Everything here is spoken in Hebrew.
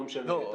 לא משנה,